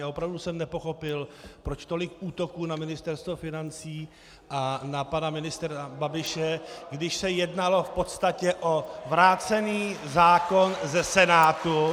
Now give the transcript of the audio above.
Opravdu jsem nepochopil, proč tolik útoků na Ministerstvo financí, na pana ministra Babiše , když se jednalo v podstatě o vrácený zákon ze Senátu.